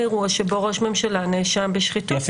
ראש ממשלה שנאשם בשחיתות.